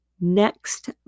Next